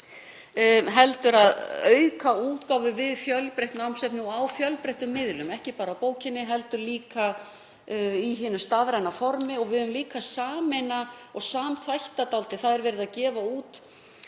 heldur auka útgáfu fjölbreytts námsefni og á fjölbreyttum miðlum, ekki bara bókina heldur líka á hinu stafræna formi. Við þurfum líka að sameina og samþætta dálítið. Það er verið að gefa út